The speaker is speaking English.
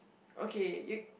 okay y~